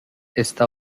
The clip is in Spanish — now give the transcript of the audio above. está